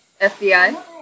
FBI